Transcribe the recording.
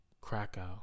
Krakow